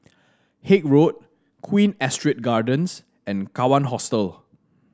Haig Road Queen Astrid Gardens and Kawan Hostel